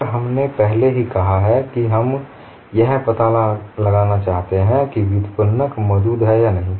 और हमने पहले ही कहा है कि हम यह पता लगाना चाहते हैं कि व्युत्पन्नक मौजूद है या नहीं